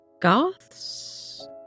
Goths